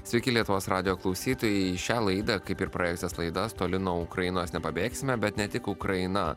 sveiki lietuvos radijo klausytojai šią laidą kaip ir praėjusias laidas toli nuo ukrainos nepabėgsime bet ne tik ukraina